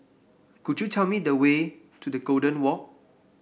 could you tell me the way to Golden Walk